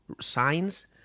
signs